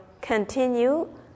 continue